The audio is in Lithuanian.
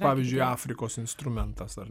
pavyzdžiui afrikos instrumentas ar